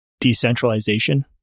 decentralization